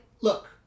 look